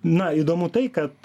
na įdomu tai kad